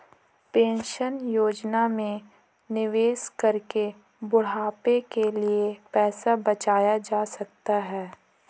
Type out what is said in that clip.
pension योजना में निवेश करके बुढ़ापे के लिए पैसा बचाया जा सकता है